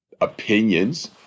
opinions